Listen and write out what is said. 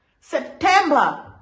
September